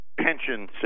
pension